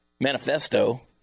manifesto